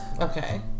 Okay